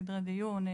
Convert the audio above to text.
סדרי דיון,